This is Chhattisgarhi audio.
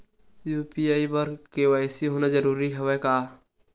यू.पी.आई बर के.वाई.सी होना जरूरी हवय का?